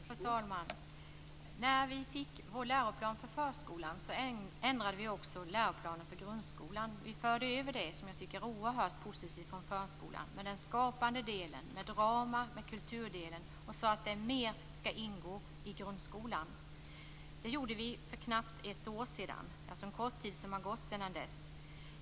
Fru talman! När vi fick läroplanen för förskolan ändrade vi också läroplanen för grundskolan. Vi förde över, något som jag tycker är oerhört positivt, från förskolan den skapande delen med drama och kulturdelen och sade att det mera skall ingå i grundskolan. Det gjorde vi för knappt ett år sedan. Det är alltså en kort tid som gått sedan dess.